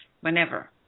whenever